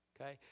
Okay